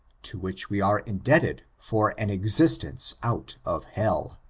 to which we are indebted for an existence out of hell.